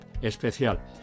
especial